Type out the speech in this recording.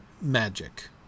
magic